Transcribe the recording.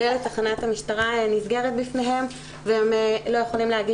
הדלת של תחנת המשטרה נסגרת בפניהם והם לא יכולים להגיש